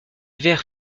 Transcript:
vers